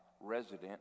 resident